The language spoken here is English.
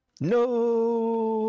No